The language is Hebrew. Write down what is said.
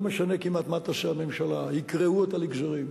ולא משנה כמעט מה תעשה הממשלה, יקרעו אותה לגזרים,